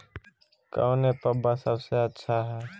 कौन एप्पबा सबसे अच्छा हय?